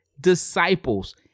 Disciples